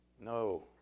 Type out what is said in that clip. No